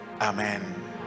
Amen